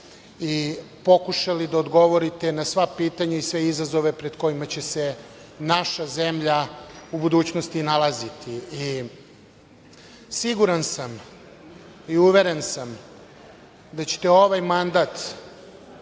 i pokušali da odgovorite na sva pitanja i sve izazove pred kojima će se naša zemlja u budućnosti nalaziti. Siguran sam i uveren sam da ćete ovaj mandat